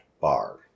bar